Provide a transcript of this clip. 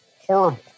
horrible